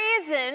reason